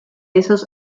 esos